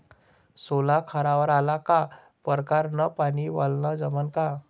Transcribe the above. सोला खारावर आला का परकारं न पानी वलनं जमन का?